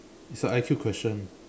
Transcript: it's a I_Q question